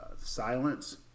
silence